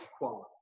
equality